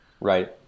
right